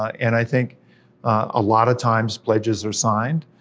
and i think a lot of times pledges are signed.